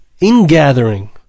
ingathering